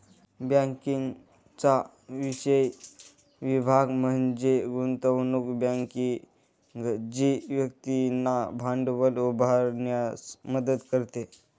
बँकिंगचा विशेष विभाग म्हणजे गुंतवणूक बँकिंग जी व्यक्तींना भांडवल उभारण्यास मदत करते